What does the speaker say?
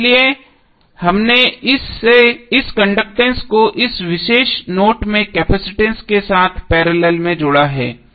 इसलिए हमने इस कंडक्टैंस को इस विशेष नोड में केपसिटंस के साथ पैरेलल में जोड़ा है